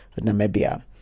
Namibia